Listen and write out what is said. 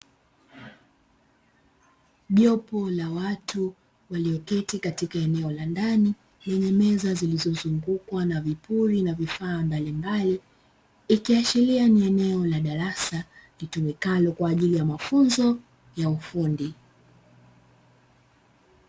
Jopo la watu walioketi katika eneo la ndani lenye meza zilizozungukwa na vikundi na vifaa mbalimbali ikiashiria ni eneo la darasa litumikali kwa ajili ya mafunzo ya ufundi.